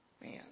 man